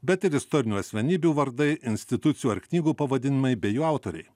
bet ir istorinių asmenybių vardai institucijų ar knygų pavadinimai bei jų autoriai